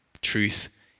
Truth